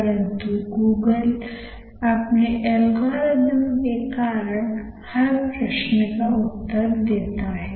परंतु गूगल अपने एल्गोरिदम के कारण हर प्रश्न का उत्तर देता है